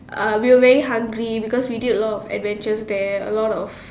uh we were very hungry because we did a lot of adventures there a lot of